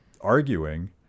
arguing